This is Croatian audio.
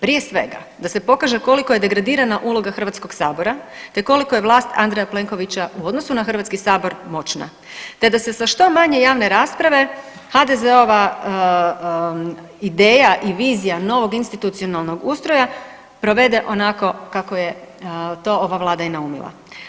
Prije svega da se pokaže koliko je degradirana uloga Hrvatskog sabora, te koliko je vlast Andreja Plenkovića u odnosu na Hrvatski sabor moćna, te da se sa što manje javne rasprave HDZ-ova ideja i vizija novog institucionalnog ustroja provede onako kako je to ova Vlada i naumila.